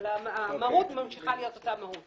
אבל המהות ממשיכה להיות אותה מהות.